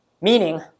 Meaning